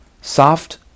soft